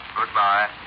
Goodbye